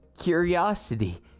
curiosity